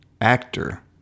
actor